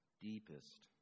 deepest